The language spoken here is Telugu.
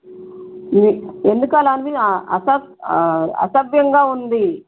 ఎందుకలాగ అండి అసభ్య అసభ్యంగా ఉంది